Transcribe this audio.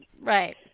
right